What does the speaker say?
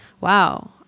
Wow